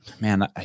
man